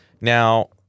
Now